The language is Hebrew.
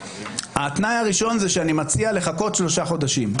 התנאי הראשון הוא שאני מציע לחכות שלושה חודשים.